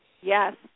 Yes